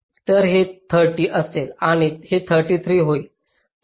तर हे 30 असेल आणि हे 33 होईल